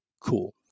cool